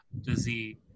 disease